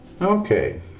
okay